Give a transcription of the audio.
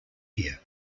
here